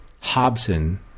Hobson